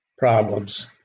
problems